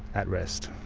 at rest.